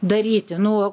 daryti nu